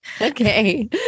Okay